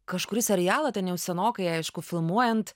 kažkurį serialą ten jau senokai aišku filmuojant